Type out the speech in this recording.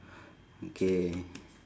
okay